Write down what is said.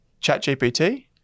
ChatGPT